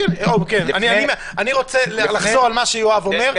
אני רוצה לחזור על מה שיואב אומר,